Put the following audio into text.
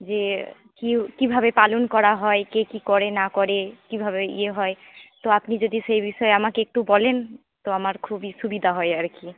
যে কী কীভাবে পালন করা হয় কে কী করে না করে কীভাবে ইয়ে হয় তো আপনি যদি সেই বিষয়ে আমাকে একটু বলেন তো আমার খুবই সুবিধা হয় আর কি